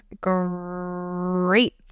great